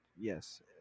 Yes